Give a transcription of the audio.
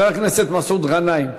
חבר הכנסת מסעוד גנאים.